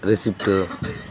receipt